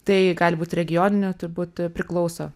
tai gali būt regioniniu turbūt priklauso